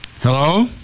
Hello